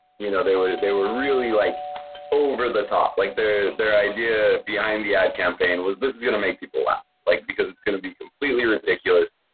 you know, they would, they were really like over the top, like their their idea behind the ad campaign was this is gonna make people laugh. like, because it's gonna be completely ridiculous,